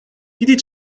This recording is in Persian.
دیدی